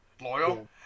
Loyal